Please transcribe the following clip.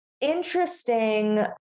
interesting